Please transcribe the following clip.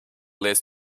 leads